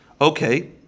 Okay